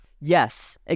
Yes